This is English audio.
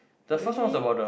oh really